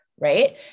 right